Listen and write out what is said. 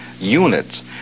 units